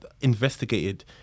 investigated